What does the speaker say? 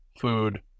food